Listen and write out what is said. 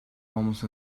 almost